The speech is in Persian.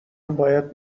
باید